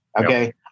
Okay